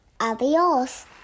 Adios